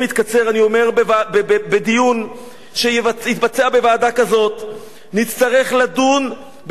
אני אומר: בדיון שיתבצע בוועדה כזאת נצטרך לדון בכמה דברים,